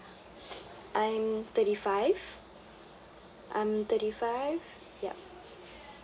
I'm thirty five I'm thirty five yup